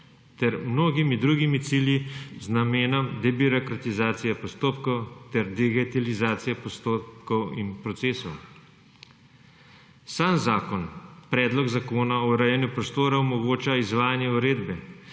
ter mnogimi drugimi cilji z namenom debirokratizacije postopkov ter digitalizacije postopkov in procesov. Sam Predlog zakona o urejanju prostora omogoča izvajanje uredbe